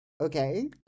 okay